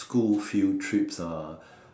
school field trips ah